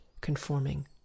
conforming